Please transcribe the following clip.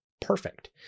perfect